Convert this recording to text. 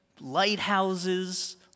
lighthouses